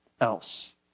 else